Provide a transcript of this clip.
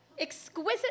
Exquisite